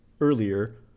earlier